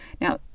Now